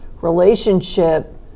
relationship